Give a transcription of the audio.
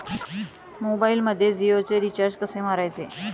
मोबाइलमध्ये जियोचे रिचार्ज कसे मारायचे?